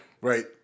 right